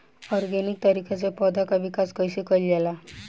Organic तरीका से पौधा क विकास कइसे कईल जाला?